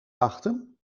wachten